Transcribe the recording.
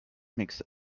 makes